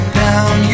down